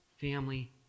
family